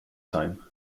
time